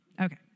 Okay